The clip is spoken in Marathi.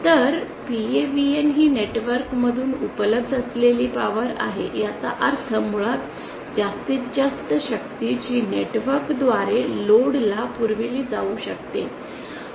तर PAVN ही नेटवर्क मधून उपलब्ध असलेली पॉवर आहे याचा अर्थ मुळात जास्तीत जास्त शक्ती जी नेटवर्क द्वारे लोड ला पुरविली जाऊ शकते